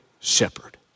shepherd